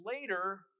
later